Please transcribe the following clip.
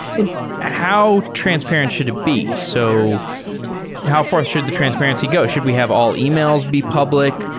and how transparent should it be? so how far should the transparency go? should we have all emails be public?